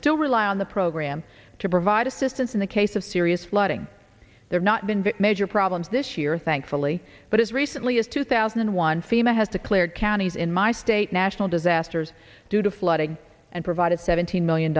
still rely on the program to provide assistance in the case of serious flooding there not been major problems this year thankfully but as recently as two thousand and one fema has declared counties in my state national disasters due to flooding and provided seventeen million